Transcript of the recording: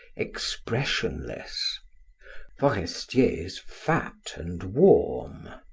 expressionless forestier's fat and warm.